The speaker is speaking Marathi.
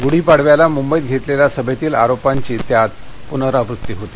गुढीपाडव्याला मुंबईत घक्किखा सभतील आरोपांचीच त्यात पुनरावृत्ती होती